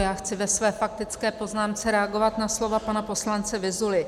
Já chci ve své faktické poznámce reagovat na slova pana poslance Vyzuly.